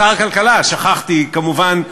שר הכלכלה, שכחתי, כמובן.